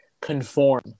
conform